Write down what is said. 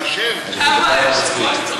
למה היושב-ראש צוחק?